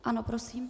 Ano, prosím.